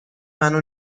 منو